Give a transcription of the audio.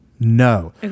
No